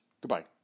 Goodbye